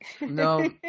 No